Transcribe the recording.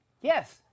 Yes